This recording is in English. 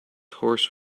horse